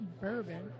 bourbon